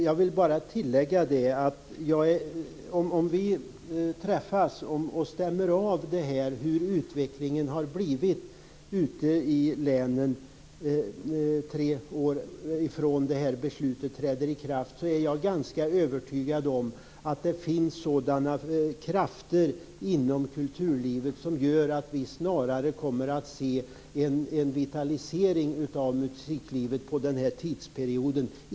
Jag vill bara tillägga att om vi träffas och stämmer av hur utvecklingen har blivit ute i länen tre år efter att detta beslut trätt i kraft, är jag ganska övertygad om att det finns sådana krafter inom kulturlivet som gör att vi snarare kommer att se en vitalisering av musiklivet under den här tidsperioden.